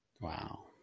Wow